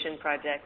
project